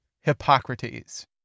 Hippocrates